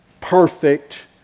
perfect